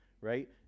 right